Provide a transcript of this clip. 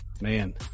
Man